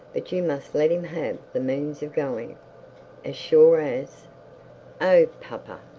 but you must let him have the means of going as sure as oh papa,